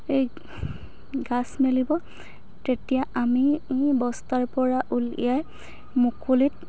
এই গাজ মেলিব তেতিয়া আমি বস্তাৰ পৰা উলিয়াই মুকলিত